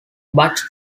but